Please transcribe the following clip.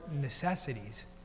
necessities